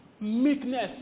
meekness